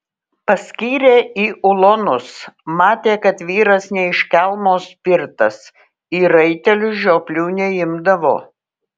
paskyrė į ulonus matė kad vyras ne iš kelmo spirtas į raitelius žioplių neimdavo